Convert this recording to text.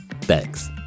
Thanks